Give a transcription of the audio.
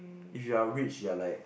if you are rich you are like